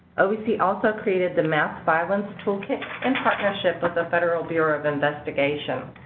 ovc also created the mass violence toolkit in partnership with the federal bureau of investigation.